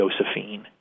Josephine